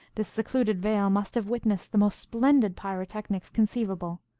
this secluded vale must have witnessed the most splendid pyrotechnics conceivable.